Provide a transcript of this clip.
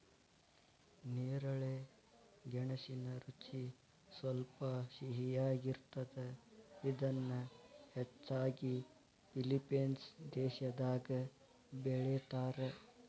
ನೇರಳೆ ಗೆಣಸಿನ ರುಚಿ ಸ್ವಲ್ಪ ಸಿಹಿಯಾಗಿರ್ತದ, ಇದನ್ನ ಹೆಚ್ಚಾಗಿ ಫಿಲಿಪೇನ್ಸ್ ದೇಶದಾಗ ಬೆಳೇತಾರ